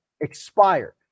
expired